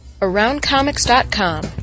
AroundComics.com